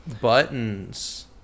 buttons